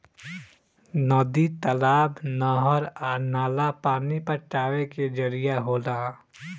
नदी, तालाब, नहर आ नाला पानी पटावे के जरिया होला